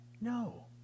No